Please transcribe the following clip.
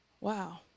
wow